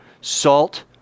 salt